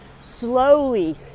slowly